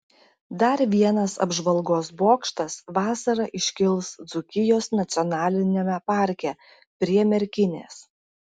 dar vienas apžvalgos bokštas vasarą iškils dzūkijos nacionaliniame parke prie merkinės